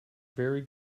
very